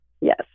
Yes